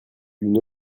une